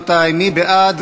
מי בעד?